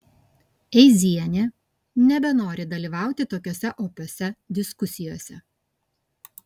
eizienė nebenori dalyvauti tokiose opiose diskusijose